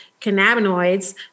cannabinoids